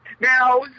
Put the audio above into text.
Now